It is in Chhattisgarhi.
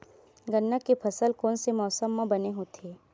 गन्ना के फसल कोन से मौसम म बने होथे?